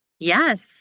yes